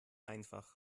einfach